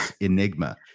enigma